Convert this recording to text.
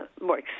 more